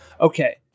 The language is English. okay